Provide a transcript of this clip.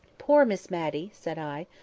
poor miss matty! said i.